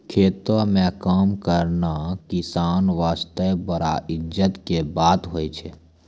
खेतों म काम करना किसान वास्तॅ बड़ा इज्जत के बात होय छै